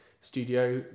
studio